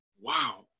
wow